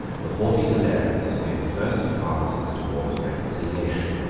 the haughty galerius made the first advances towards a reconciliation,